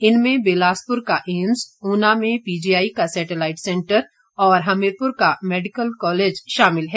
इनमें बिलासपुर का ऐम्स ऊना में पीजी आई का सैटेलाईट सैंटर और हमीरपुर का मैडिकल कॉलेज शामिल है